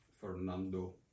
Fernando